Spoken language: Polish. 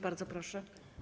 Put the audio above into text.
Bardzo proszę.